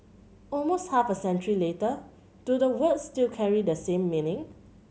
almost half a century later do the words still carry the same meaning